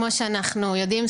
כמו שאנחנו יודעים,